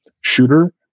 shooter